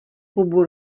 klubu